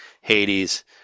Hades